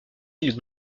îles